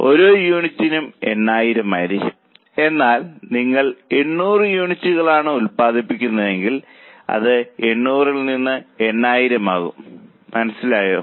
അതിനാൽ ഓരോ യൂണിറ്റിനും 80000 ആയിരിക്കും എന്നാൽ നിങ്ങൾ 800 യൂണിറ്റുകൾ ഉൽപ്പാദിപ്പിക്കുകയാണെങ്കിൽ അത് 800 ൽ 80000 ആകും മനസ്സിലായോ